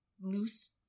loose